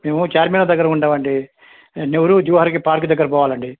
మేము ఛార్మినార్ దగ్గర ఉంటామండి నెహ్రూ జూలాజికల్ పార్క్ దగ్గరికి పోవాలండి